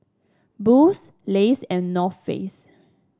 Boost Lays and North Face